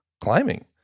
climbing